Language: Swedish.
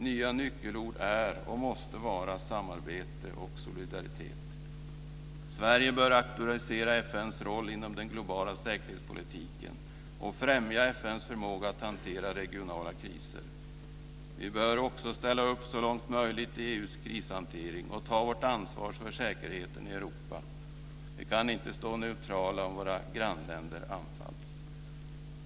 Nya nyckelord är och måste vara samarbete och solidaritet. Sverige bör auktorisera FN:s roll inom den globala säkerhetspolitiken och främja FN:s förmåga att hantera regionala kriser. Vi bör också ställa upp så långt som möjligt i EU:s krishantering och ta vårt ansvar för säkerheten i Europa. Vi kan inte stå neutrala om våra grannländer anfalls.